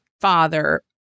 father